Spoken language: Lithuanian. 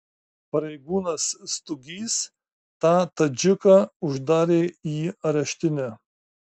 pareigūnas stugys tą tadžiką uždarė į areštinę